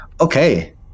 Okay